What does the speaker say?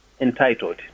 entitled